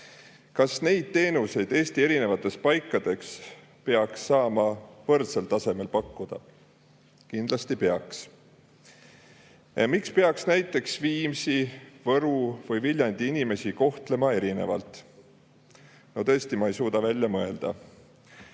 Kas neid teenuseid Eesti erinevates paikades peaks saama võrdsel tasemel pakkuda? Kindlasti peaks. Miks peaks näiteks Viimsi, Võru või Viljandi inimesi kohtlema erinevalt? No tõesti, ma ei suuda välja mõelda.